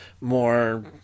more